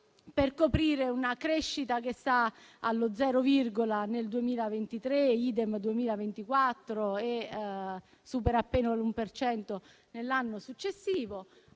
per coprire una crescita che sta allo zero virgola nel 2023, *idem* nel 2024 e supera appena l'uno per cento nell'anno successivo.